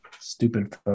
Stupid